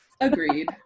agreed